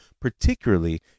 particularly